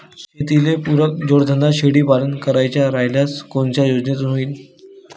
शेतीले पुरक जोडधंदा शेळीपालन करायचा राह्यल्यास कोनच्या योजनेतून होईन?